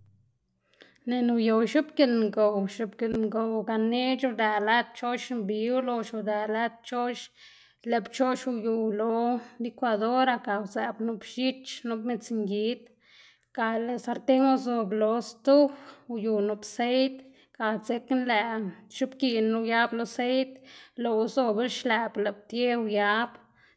nëꞌná oyow x̱ubgiꞌn ngow, x̱ubgiꞌn ngow ganeꞌc̲h̲ udëꞌ lëd pchoꞌx mbi ulox udëꞌ lëd pchoꞌx, lëꞌ pchoꞌx uyuw lo licuadora ga uzëꞌb nup x̱ich, nup midz ngid ga lëꞌ sarten uzob lo stuf uyu nup seit ga dzekna lëꞌwa x̱ubgiꞌnu uyab lo seit. Loꞌwa zobla xlëꞌb lëꞌ ptie uyab,